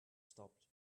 stopped